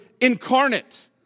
incarnate